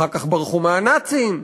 ואחר כך ברחו מהנאצים,